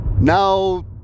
now